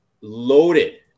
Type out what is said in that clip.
loaded